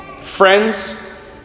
friends